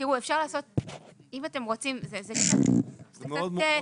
אם אתם רוצים, זה קצת מורכב.